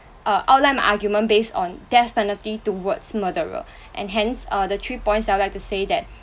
uh outline argument based on death penalty towards murderer and hence are the three points I would like to say that